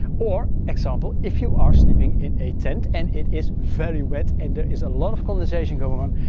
or example, if you are sleeping in a tent and it is very wet, and there is a lot of condensation going on,